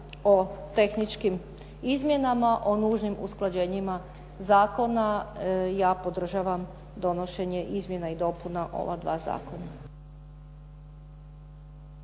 o tehničkim izmjenama o nužnim usklađenjima zakona, ja podržavam donošenje izmjena i dopuna ova dva zakona.